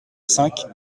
cinq